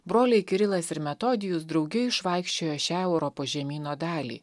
broliai kirilas ir metodijus drauge išvaikščiojo šią europos žemyno dalį